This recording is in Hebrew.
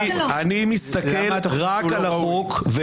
אני מסתכל רק על החוק,